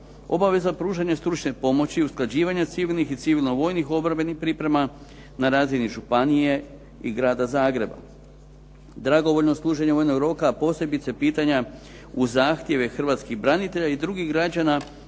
obaveza pružanja stručne pomoći i usklađivanja civilnih i civilno-vojnih obrambenih priprema na razini županije i grada Zagreba. Dragovoljno služenje vojnog roka, a posebice pitanja uz zahtjeve hrvatskih branitelja i drugih građana